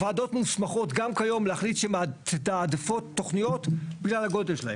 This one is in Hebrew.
הוועדות מוסמכות גם כיום להחליט שהן מתעדפות תוכניות בגלל הגודל שלהן.